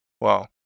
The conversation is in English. Wow